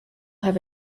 have